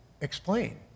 explain